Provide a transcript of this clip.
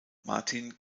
martin